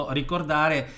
ricordare